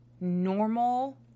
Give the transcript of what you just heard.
normal